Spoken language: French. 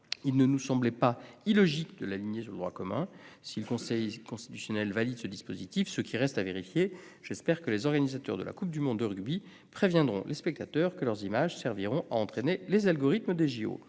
Il ne nous semblait pas illogique de s'aligner sur le droit commun sur ce point. Si le Conseil constitutionnel valide ce dispositif, ce qui reste à vérifier, j'espère que les organisateurs de la Coupe du monde de rugby préviendront les spectateurs que leurs images serviront à entraîner les algorithmes pour